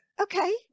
okay